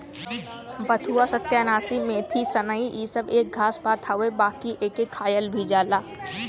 बथुआ, सत्यानाशी, मेथी, सनइ इ सब एक घास पात हउवे बाकि एके खायल भी जाला